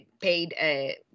paid